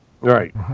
Right